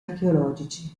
archeologici